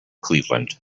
cleveland